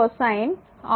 3